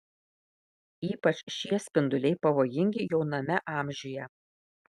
ypač šie spinduliai pavojingi jauname amžiuje